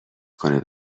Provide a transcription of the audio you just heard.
کنه